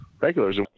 regulars